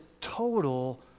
total